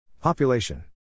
Population